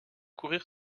courir